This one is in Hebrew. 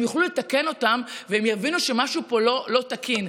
הם יוכלו לתקן אותם והם יבינו שמשהו פה לא תקין.